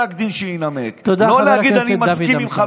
מודה ליושב-ראש, וגם לך,